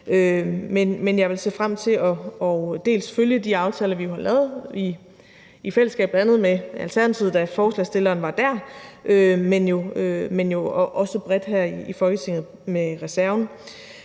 Men jeg vil selvfølgelig se frem til de aftaler, vi har lavet i fællesskab med bl.a. Alternativet, da forslagsstillerne var der, men jo også bredt her i Folketinget med reserven,